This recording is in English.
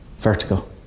vertical